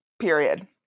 Period